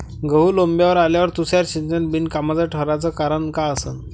गहू लोम्बावर आल्यावर तुषार सिंचन बिनकामाचं ठराचं कारन का असन?